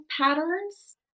patterns